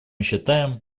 считаем